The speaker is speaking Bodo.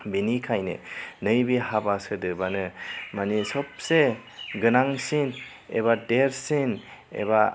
बेनिखाइनो नैबे हाबा सोदोबानो मानि सबसे गोनांसिन एबा देरसिन एबा